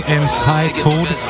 entitled